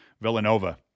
Villanova